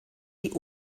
die